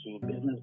business